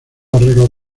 arreglos